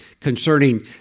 concerning